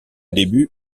début